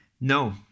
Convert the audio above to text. No